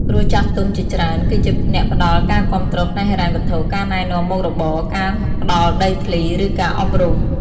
ព្រោះចាស់ទុំជាច្រើន គឺជាអ្នកផ្ដល់ការគាំទ្រផ្នែកហិរញ្ញវត្ថុ ការណែនាំមុខរបរ ការផ្ដល់ដីធ្លី ឬការអប់រំ។